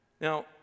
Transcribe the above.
Now